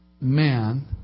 man